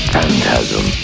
Phantasm